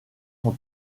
sont